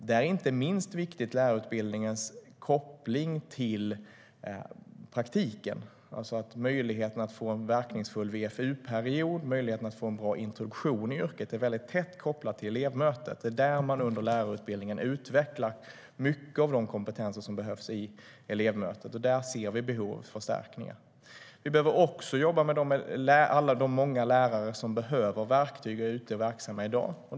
Där är inte minst viktigt lärarutbildningens koppling till praktiken, det vill säga att möjligheten att få en verkningsfull VFU-period och att få en bra introduktion i yrket är tätt kopplad till elevmötet. Det är där man under lärarutbildningen utvecklar mycket av de kompetenser som behövs. Där ser vi behov av förstärkningar. Vi behöver också jobba med alla de många lärare som behöver verktyg och är yrkesverksamma i dag.